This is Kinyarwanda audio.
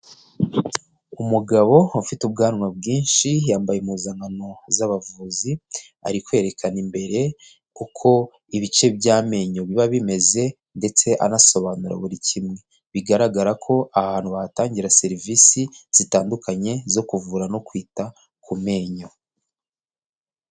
Umugabo ufite ubwanwa bwinshi yambaye impuzankano z'abavuzi ari kwerekana imbere uko ibice by'amenyo biba bimeze ndetse anasobanura buri kimwe bigaragara ko ahantu hatangira serivisi zitandukanye zo kuvura no kwita ku menyo.